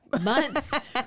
months